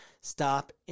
Stop